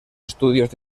estudios